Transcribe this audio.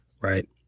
Right